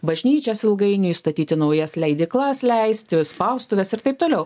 bažnyčias ilgainiui statyti naujas leidyklas leisti spaustuves ir taip toliau